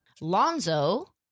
Lonzo